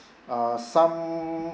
uh some